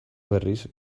berriz